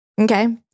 Okay